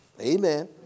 Amen